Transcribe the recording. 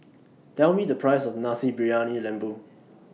Tell Me The Price of Nasi Briyani Lembu